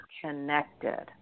connected